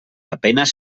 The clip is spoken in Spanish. apenas